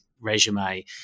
resume